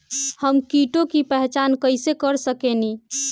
हम कीटों की पहचान कईसे कर सकेनी?